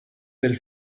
del